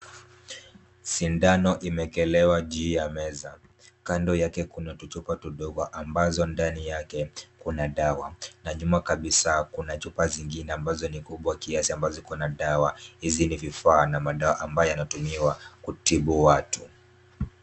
Sindano imewekelewa juu ya meza. Kando yake kuna tu chupa tudogo ambazo ndani yake kuna dawa na nyuma kabisa kuna chupa zengine ambazo ni kubwa kiasi ambazo ziko na dawa. Hizi ni vifaa na madawa ambayo yanatumiwa kutibu watu